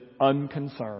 unconcerned